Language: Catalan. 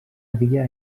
havia